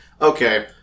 okay